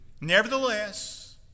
Nevertheless